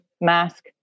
mask